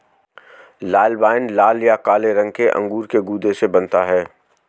लाल wine लाल या काले रंग के अंगूर के गूदे से बनता है